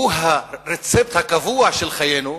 הוא הרצפט הקבוע של חיינו,